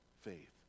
faith